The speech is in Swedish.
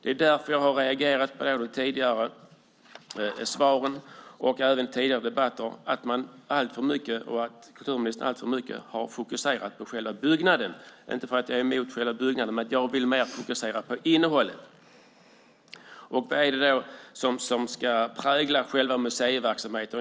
När det gäller de tidigare svaren och även i tidigare debatter har jag reagerat på att kulturministern alltför mycket har fokuserat på själva byggnaden. Det är inte för att jag är emot själva byggnaden, men jag vill mer fokusera på innehållet. Vad är det som ska prägla själva museiverksamheten?